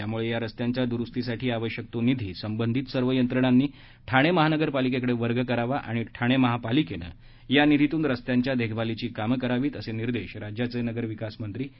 त्यामुळे या रस्त्यांच्या द्रुस्तीसाठी आवश्यक तो निधी संबंधित सर्व यंत्रणांनी ठाणे महापालिकेकडे वर्ग करावा आणि ठाणे महापालिकेनं या निधीतून रस्त्यांच्या देखभालीची कामं करावीत असे निर्देश राज्याचे नगरविकास मंत्री एकनाथ शिंदे यांनी काल दिले आहेत